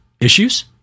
issues